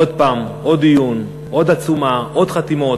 עוד הפעם עוד דיון, עוד עצומה, עוד חתימות,